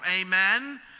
amen